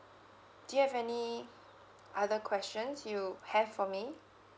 do you have any other questions you have for me